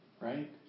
right